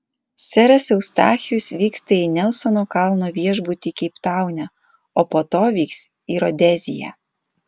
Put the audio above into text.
seras eustachijus vyksta į nelsono kalno viešbutį keiptaune o po to vyks į rodeziją